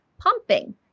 pumping